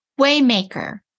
Waymaker